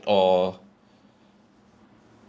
or